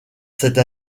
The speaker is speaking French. cette